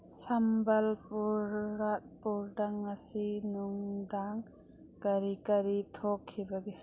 ꯁꯝꯕꯜꯄꯨꯔꯗ ꯉꯁꯤ ꯅꯨꯡꯗꯥꯡ ꯀꯔꯤ ꯀꯔꯤ ꯊꯣꯛꯈꯤꯕꯒꯦ